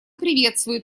приветствует